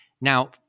Now